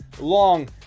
long